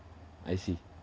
I see